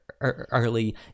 early